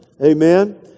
Amen